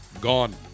gone